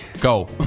go